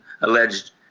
alleged